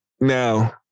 now